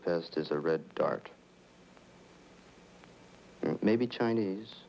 est is a red dark maybe chinese